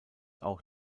auch